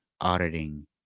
auditing